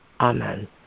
Amen